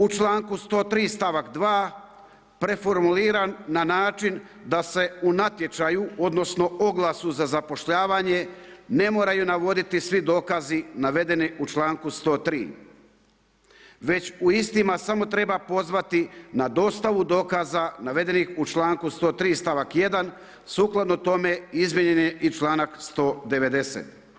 U članku 103. stavak 2. preformuliran na način da se u natječaju, odnosno oglasu za zapošljavanje ne moraju navoditi svi dokazi navedeni u članku 103. već u istima samo treba pozvati na dostavu dokaza navedenih u članku 103. stavak 1. sukladno tome izmijenjen je i članak 190.